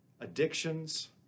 addictions